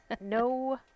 No